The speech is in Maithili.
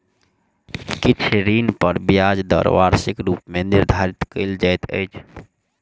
किछ ऋण पर ब्याज दर वार्षिक रूप मे निर्धारित कयल जाइत अछि